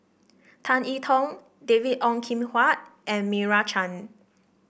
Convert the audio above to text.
Tan E Tong David Ong Kim Huat and Meira Chand